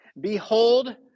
Behold